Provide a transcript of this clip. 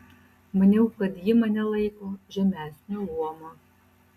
maniau kad ji mane laiko žemesnio luomo